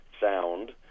sound